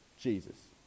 Jesus